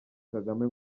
kagame